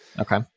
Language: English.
Okay